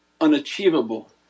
unachievable